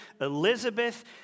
Elizabeth